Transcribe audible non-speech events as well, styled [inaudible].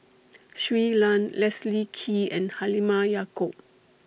[noise] Shui Lan Leslie Kee and Halimah Yacob